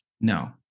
no